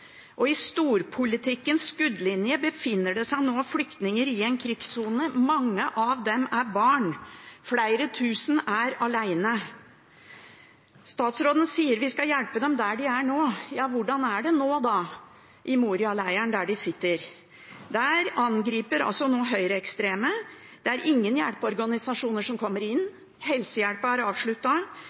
I storpolitikkens skuddlinje befinner det seg nå flyktninger i en krigssone. Mange av dem er barn. Flere tusen er alene. Statsråden sier at vi skal hjelpe dem der de er nå. Ja, hvordan er det nå da i Moria-leiren, der de sitter? Der angriper nå høyreekstreme. Det er ingen hjelpeorganisasjoner som kommer inn. Helsehjelpen er